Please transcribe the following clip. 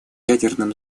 ядерным